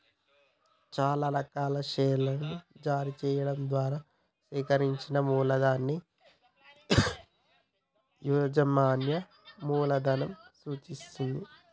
చానా రకాల షేర్లను జారీ చెయ్యడం ద్వారా సేకరించిన మూలధనాన్ని యాజమాన్య మూలధనం సూచిత్తది